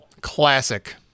Classic